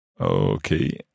Okay